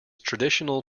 traditional